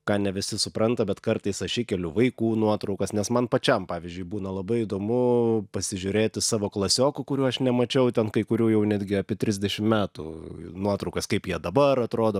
ką ne visi supranta bet kartais aš įkeliu vaikų nuotraukas nes man pačiam pavyzdžiui būna labai įdomu pasižiūrėti savo klasiokų kurių aš nemačiau ten kai kurių jau netgi apie trisdešim metų nuotraukas kaip jie dabar atrodo